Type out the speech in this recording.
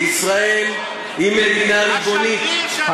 ישראל היא מדינה ריבונית,